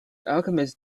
alchemist